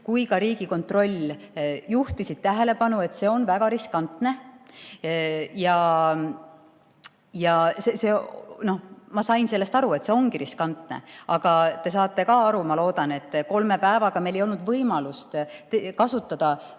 kui ka Riigikontroll juhtisid tähelepanu, et see on väga riskantne. Ja ma sain aru, et see ongi riskantne, aga ma loodan, et te saate ka aru, et kolme päevaga meil ei olnud võimalust kasutada